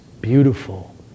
beautiful